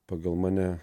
pagal mane